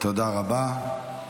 תודה רבה.